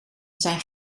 zijn